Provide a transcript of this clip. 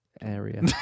area